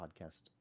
podcast